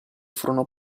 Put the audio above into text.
furono